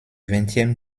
vingtième